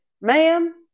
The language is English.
ma'am